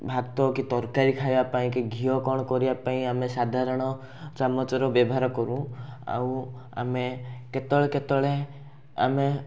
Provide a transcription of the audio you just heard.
ଭାତ କି ତରକାରି ଖାଇବା ପାଇଁ କି ଘିଅ କ'ଣ କରିବା ପାଇଁ ଆମେ ସାଧାରଣ ଚାମଚର ବ୍ୟବହାର କରୁ ଆଉ ଆମେ କେତେବେଳେ କେତେବେଳେ ଆମେ